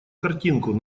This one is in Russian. картинку